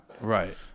Right